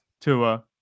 Tua